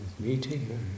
Meeting